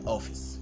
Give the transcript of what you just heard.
Office